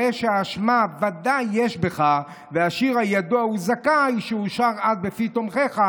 הרי שאשמה ודאי יש בך והשיר הידוע הוא זכאי שהושר אז בפי תומכיך,